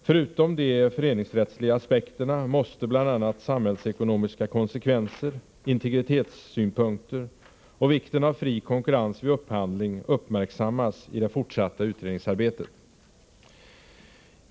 Förutom de föreningsrättsliga aspekterna måste bl.a. samhällsekonomiska konsekvenser, integritetssynpunkter och vikten av fri konkurrens vid upphandling uppmärksammas i det fortsatta utredningsarbetet.